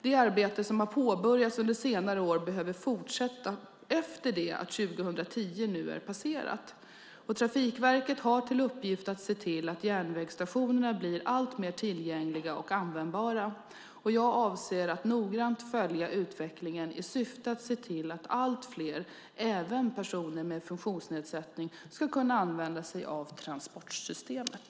Det arbete som har påbörjats under senare år behöver fortsätta efter det att 2010 nu är passerat. Trafikverket har till uppgift att se till att järnvägsstationerna blir alltmer tillgängliga och användbara. Jag avser att noggrant följa utvecklingen i syfte att se till att allt fler, även personer med funktionsnedsättning, ska kunna använda sig av transportsystemet.